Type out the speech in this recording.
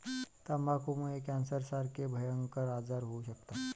तंबाखूमुळे कॅन्सरसारखे भयंकर आजार होऊ शकतात